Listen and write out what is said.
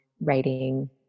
writing